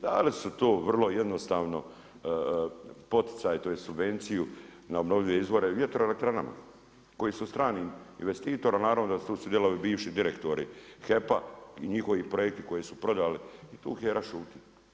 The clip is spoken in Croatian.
Dali su to vrlo jednostavno poticaj, tj. subvenciju na obnovljive izvore vjetroelektranama koji su stranim investitorima, a naravno da su tu sudjelovali i bivši direktori HEP-a i njihovi projekti koje su prodali i tu HERA šuti.